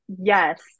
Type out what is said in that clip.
yes